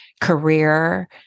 career